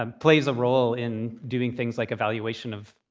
um plays a role in doing things like evaluation of,